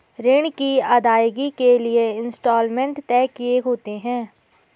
ऋण की अदायगी के लिए इंस्टॉलमेंट तय किए होते हैं